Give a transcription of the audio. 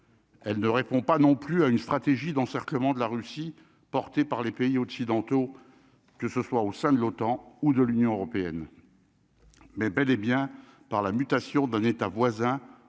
Elle ne répond pas non plus à une stratégie d'encerclement de la Russie, porté par les pays occidentaux, que ce soit au sein de l'OTAN ou de l'Union européenne mais bel et bien par la mutation d'un état voisin,